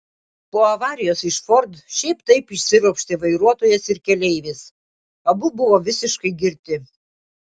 po avarijos iš ford šiaip taip išsiropštė vairuotojas ir keleivis abu buvo visiškai girti